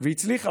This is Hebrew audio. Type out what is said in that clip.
והיא הצליחה,